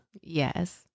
Yes